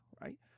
right